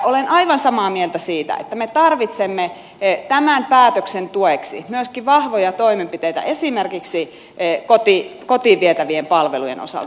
olen aivan samaa mieltä siitä että me tarvitsemme tämän päätöksen tueksi myöskin vahvoja toimenpiteitä esimerkiksi kotiin vietävien palvelujen osalta